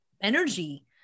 energy